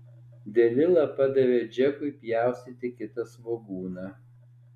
delila padavė džekui pjaustyti kitą svogūną